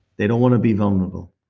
they don't want to be vulnerable.